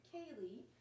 Kaylee